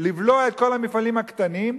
לבלוע את כל המפעלים הקטנים,